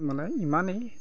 মানে ইমানেই